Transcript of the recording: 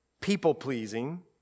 people-pleasing